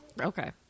okay